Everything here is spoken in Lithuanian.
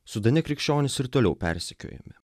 sudane krikščionys ir toliau persekiojami